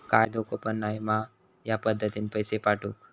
काय धोको पन नाय मा ह्या पद्धतीनं पैसे पाठउक?